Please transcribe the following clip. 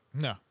No